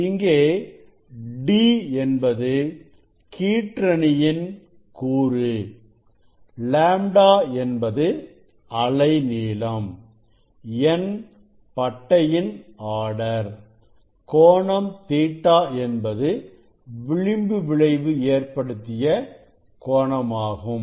இங்கே d என்பது கீற்றணியின் கூறு λ என்பது அலை நீளம் n பட்டையின் ஆர்டர் கோணம் Ɵ என்பது விளிம்பு விளைவு ஏற்படுத்திய கோணமாகும்